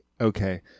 Okay